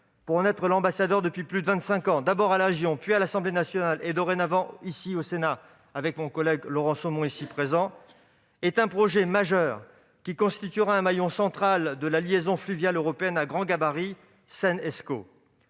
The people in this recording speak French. pour en être l'ambassadeur depuis plus de vingt-cinq ans, d'abord à la région, puis à l'Assemblée nationale et dorénavant au Sénat, avec mon collègue Laurent Somon ici présent, est un projet majeur qui constituera un maillon central de la liaison fluviale européenne à grand gabarit Seine-Escaut.